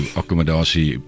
accommodatie